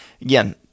again